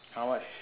how much